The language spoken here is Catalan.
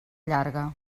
llarga